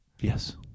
Yes